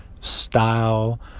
style